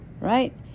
right